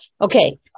Okay